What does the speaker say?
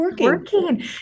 working